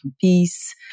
peace